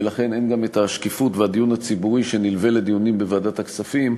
ולכן אין גם השקיפות והדיון הציבורי שנלווים לדיונים בוועדת הכספים,